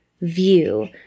view